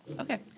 Okay